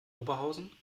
oberhausen